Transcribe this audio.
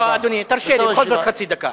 לא, אדוני, תרשה לי, בכל זאת חצי דקה.